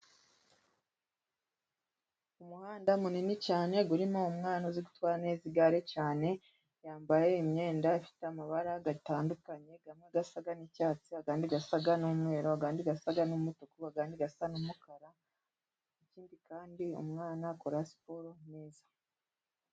Umuhanda munini cyane urimo umwana uzi gutwara neza igare cyane, yambaye imyenda ifite amabara atandukanye amwe asa n'icyatsi, andi asa n'umweru, andi asa n'umutuku, ansdi asa n'umukara, ikindi kandi umwana akora siporo neza.